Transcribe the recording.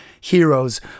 heroes